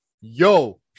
yo